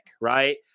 right